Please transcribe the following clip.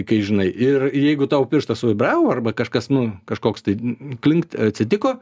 kai žinai ir ir jeigu tavo pirštas suvibravo arba kažkas nu kažkoks tai n klinkt atsitiko